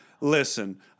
listen